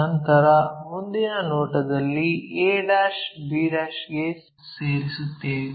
ನಂತರ ಮುಂದಿನ ನೋಟದಲ್ಲಿ a b ಗೆ ಸೇರಿಸುತ್ತೇವೆ